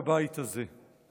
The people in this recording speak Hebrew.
בבית הזה.